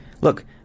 Look